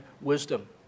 wisdom